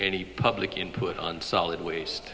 any public input on solid wast